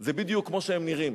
זה בדיוק כמו שהם נראים.